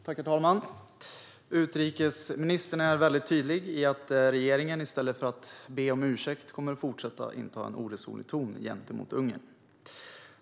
Herr talman! Utrikesministern är tydlig i att regeringen i stället för att be om ursäkt kommer att fortsätta att inta en oresonlig ton gentemot Ungern.